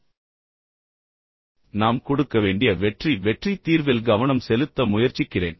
மேலும் நான் குறிப்பாக நாம் கொடுக்க வேண்டிய வெற்றி வெற்றி தீர்வில் கவனம் செலுத்த முயற்சிக்கிறேன்